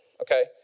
okay